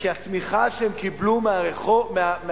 בגלל התמיכה שהם קיבלו מהבתים,